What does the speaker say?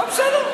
לא, בסדר.